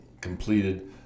completed